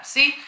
See